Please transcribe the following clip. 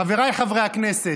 חבריי חברי הכנסת,